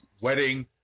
wedding